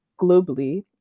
globally